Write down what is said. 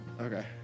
Okay